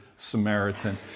Samaritan